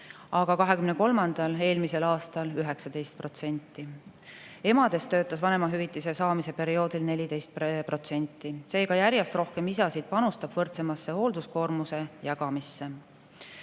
aga 2023. aastal 19%. Emadest töötas vanemahüvitise saamise perioodil 14%. Seega järjest rohkem isasid panustab võrdsemasse hoolduskoormuse jagamisse.